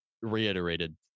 reiterated